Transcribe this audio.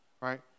right